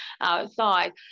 outside